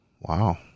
Wow